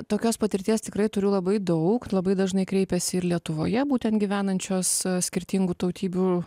tokios patirties tikrai turiu labai daug labai dažnai kreipiasi ir lietuvoje būtent gyvenančios skirtingų tautybių